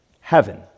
heaven